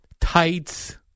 tights